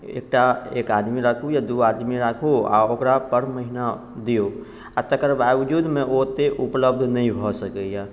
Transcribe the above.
एकटा एक आदमी राखू या दू आदमी राखू आ ओकरा पर महीना दियौ आ तकर बाबजूदमे ओ ओतेक उपलब्ध नहि भऽ सकैए